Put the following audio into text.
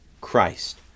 Christ